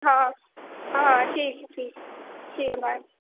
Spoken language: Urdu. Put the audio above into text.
ہاں ہاں ٹھیک ہے ٹھیک ہے ٹھیک ہے بائے